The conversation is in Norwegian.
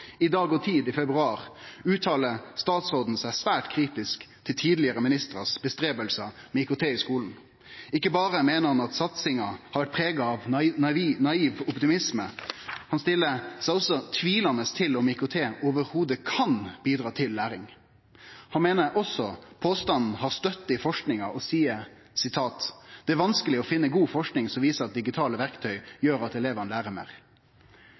i Dag og Tid i februar, uttalar statsråden seg svært kritisk til strevet som tidlegare ministrar har hatt med IKT i skulen. Ikkje berre meiner han at satsinga har vore prega av naiv optimisme. Han stiller seg også tvilande til om IKT i det heile kan bidra til læring. Han meiner også at påstanden har støtte i forskinga, og seier: «Det er vanskeleg å finne god forsking som klart syner at digitale verktøy gjer at elevane lærer meir.»